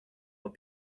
but